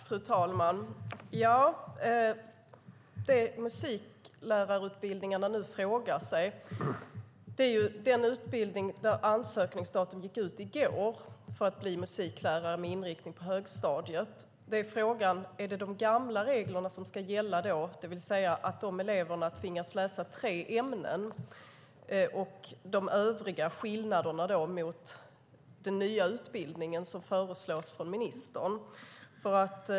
Fru talman! Det man nu frågar sig inom musiklärarutbildningarna är vad som gäller för den utbildning till musiklärare med inriktning på högstadiet som ansökningstiden till gick ut i går. Är det de gamla reglerna som ska gälla, alltså att eleverna tvingas läsa tre ämnen, eller är det den nya utbildningen som nu föreslås från ministern?